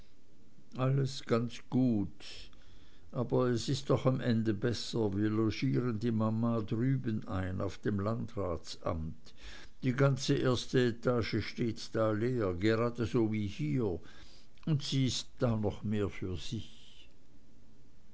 alles ganz gut aber es ist doch am ende besser wir logieren die mama drüben ein auf dem landratsamt die ganze erste etage steht da leer geradeso wie hier und sie ist da noch mehr für sich